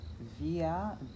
via